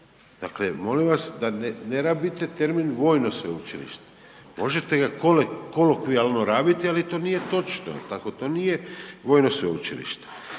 Dakle, molim vas da ne rabite termin „vojno sveučilište“, možete ga kolokvijalno rabiti, ali to nije točno, jel tako, to nije vojno sveučilište.